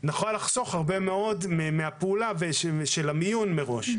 נוכל לחסוך הרבה מאוד מהפעולה של המיון מראש.